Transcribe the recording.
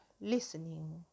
listening